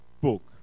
book